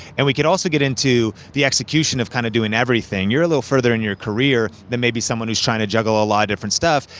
and we could also get into the execution of kind of doing everything. you're a little further in your career than maybe someone who's trying to juggle a lot of different stuff.